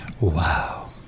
Wow